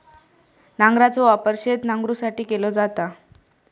नांगराचो वापर शेत नांगरुसाठी केलो जाता